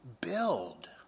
build